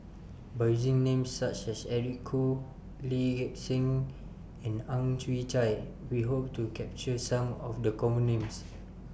By using Names such as Eric Khoo Lee Gek Seng and Ang Chwee Chai We Hope to capture Some of The Common Names